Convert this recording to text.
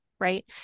right